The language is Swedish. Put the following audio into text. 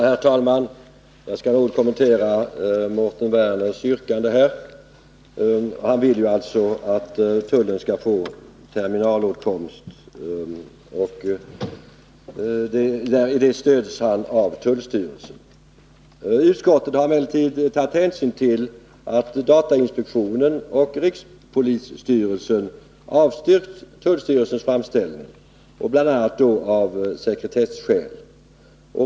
Herr talman! Jag skall något kommentera Mårten Werners yrkande. Han vill alltså att tullen skall få terminalåtkomst. I detta yrkande stöds han av tullstyrelsen. Utskottet har emellertid tagit hänsyn till att datainspektionen och rikspolisstyrelsen avstyrkt tullstyrelsens framställning, bl.a. av sekretesskäl.